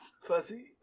fuzzy